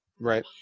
right